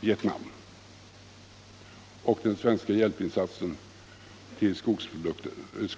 Vietnam och den svenska hjälpinsatsen till skogsprojektet där.